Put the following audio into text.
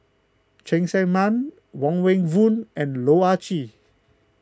Cheng Tsang Man Wong Meng Voon and Loh Ah Chee